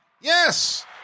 Yes